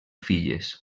filles